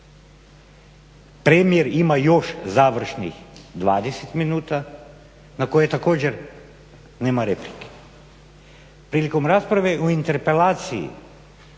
premijer ima još završnih 20 minuta na koji također nema replike. Prilikom rasprave o interpelaciji